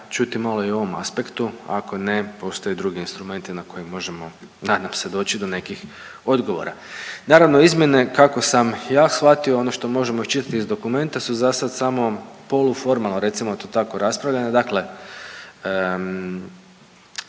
čuti malo i o ovom aspektu. Ako ne, postoje i drugi instrumenti na koje možemo, nadam se, doći do nekih odgovora. Naravno, izmjene kako sam ja shvatio, ono što možemo čitati iz dokumenta, su zasad samo poluformalno, recimo to tako, raspravljanja. Dakle